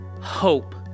hope